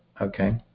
Okay